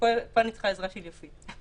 פה אני צריכה עזרה של יפית.